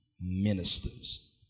ministers